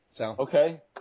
Okay